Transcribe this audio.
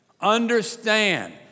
Understand